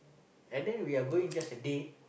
and then we are going just a date